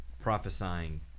prophesying